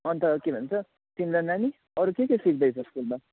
अन्त के भन्छ तिमीलाई नानी अरू केके सिक्दैछ स्कुलमा